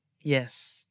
Yes